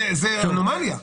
זאת אנומליה.